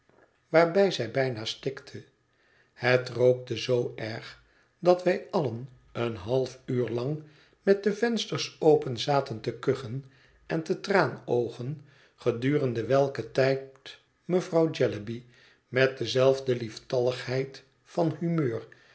waarbij zij bijna stikte het rookte zoo erg dat wij allen een half uur lang met de vensters open zaten te kuchen en te traanoogen gedurende welken tijd mevrouw jellyby met dezelfde lieftalligheid van humeur